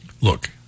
Look